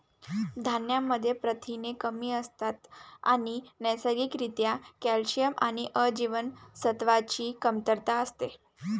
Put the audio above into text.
धान्यांमध्ये प्रथिने कमी असतात आणि नैसर्गिक रित्या कॅल्शियम आणि अ जीवनसत्वाची कमतरता असते